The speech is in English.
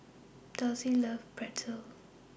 Dulcie loves Pretzel